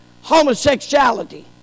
homosexuality